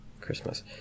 Christmas